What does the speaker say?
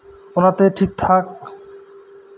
ᱚᱱᱟᱛᱮ ᱴᱷᱤᱠ ᱴᱷᱟᱠ